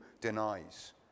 denies